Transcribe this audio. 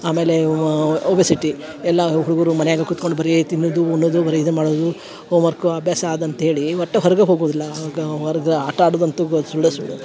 ಆಮೇಲೆ ಒಬೆಸಿಟಿ ಎಲ್ಲಾ ಹುಡುಗರು ಮನ್ಯಾಗ ಕುತ್ಕೊಂಡು ಬರೀ ತಿನ್ನೋದು ಉಣ್ಣೋದು ಬರೆ ಇದು ಮಾಡೋದು ಹೋಮ್ ವರ್ಕು ಅಭ್ಯಾಸ ಅದಂತೇಳಿ ಒಟ್ಟ ಹೊರಗ ಹೋಗುದಿಲ್ಲ ಆಗ ಹೊರ್ಗ ಆಟ ಆಡೋದಂತು ಸುಳ್ಳೆ ಸುಳ್ಳು